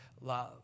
love